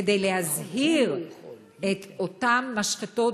כדי להזהיר אותן משחטות,